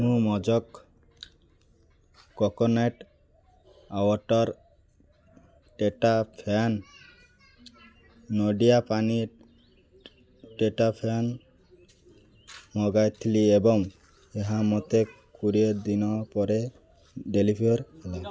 ମୁଁ ମୋଜୋକୋ coconut water tetrapack ନଡ଼ିଆ ପାଣି ଟେଟ୍ରାପ୍ୟାକ୍ ମଗାଇଥିଲି ଏବଂ ଏହା ମୋତେ କୋଡ଼ିଏ ଦିନ ପରେ ଡେଲିଭର୍ ହେଲା